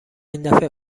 ایندفعه